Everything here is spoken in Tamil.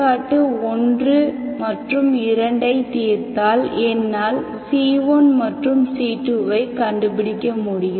1 2 ஐத் தீர்த்தால் என்னால் c1 மற்றும் c2ஐக்கண்டுபிடிக்க முடியும்